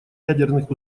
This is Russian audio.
ядерных